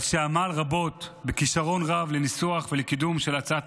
על שעמל רבות בכישרון רב לניסוח ולקידום הצעת